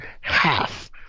half